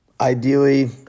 ideally